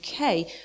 UK